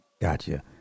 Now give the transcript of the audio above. gotcha